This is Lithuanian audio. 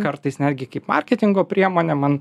kartais netgi kaip marketingo priemonė man